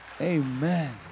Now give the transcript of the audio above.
amen